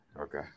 Okay